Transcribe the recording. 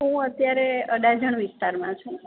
હું અત્યારે અડાજણ વિસ્તારમાં છું